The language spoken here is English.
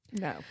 No